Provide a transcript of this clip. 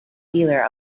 dealer